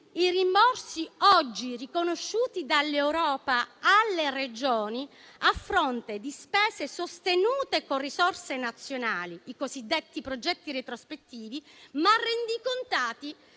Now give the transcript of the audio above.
i rimborsi oggi riconosciuti dall'Europa alle Regioni, a fronte di spese sostenute con risorse nazionali, i cosiddetti progetti retrospettivi, ma rendicontati